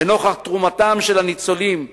לנוכח תרומתם של הניצולים לאנושות,